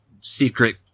secret